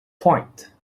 point